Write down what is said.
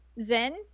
Zen